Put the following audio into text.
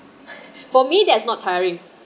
for me that's not tiring